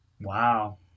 Wow